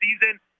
season